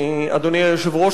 אדוני היושב-ראש,